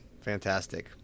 Fantastic